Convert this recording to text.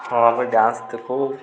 ହଁ ଆମେ ଡ୍ୟାନସ୍ ଦେଖୁ